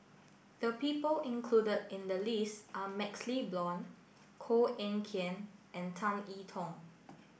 the people included in the list are MaxLe Blond Koh Eng Kian and Tan I Tong